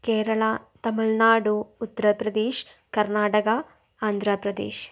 Kerala Tamil Nadu Uttar Pradesh Karnataka Andhra Pradesh